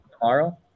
tomorrow